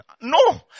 No